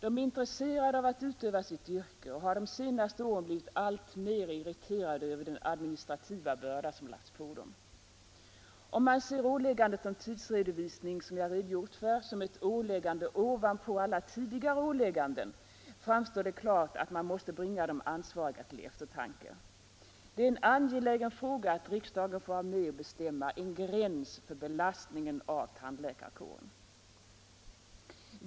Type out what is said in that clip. De är intresserade av att utöva sitt yrke och har de senaste åren blivit alltmer irriterade över den administrativa börda som lagts på dem. Ser man åläggandet om tidsredovisning som jag redogjort för som ett åläggande ovanpå alla tidigare ålägganden, framstår det klart att man måste bringa de ansvariga till eftertanke. Det är en angelägen fråga att riksdagen får vara med och bestämma en gräns för belastningen av tandläkarkåren.